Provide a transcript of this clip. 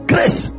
Grace